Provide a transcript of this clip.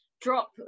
drop